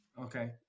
Okay